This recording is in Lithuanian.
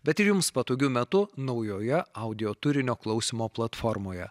bet ir jums patogiu metu naujoje audio turinio klausymo platformoje